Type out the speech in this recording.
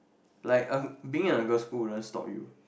like a being a girl school doesn't stop you